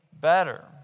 better